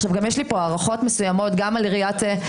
יש לי פה הערכות מסוימות גם על עיריית תל אביב.